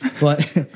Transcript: but-